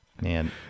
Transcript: man